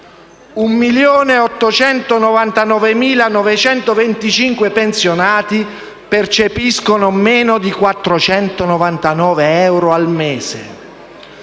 1.899.925 pensionati percepiscono meno di 499 euro al mese;